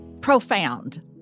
profound